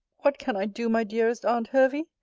what can i do, my dearest aunt hervey?